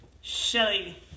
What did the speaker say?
Shelly